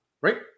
right